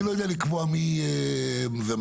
אני לא יודע לקבוע מי ומה.